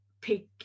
pick